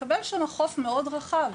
תקבל שם חוף מאוד רחב.